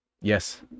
Yes